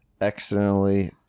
accidentally